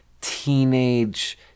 teenage